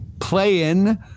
playing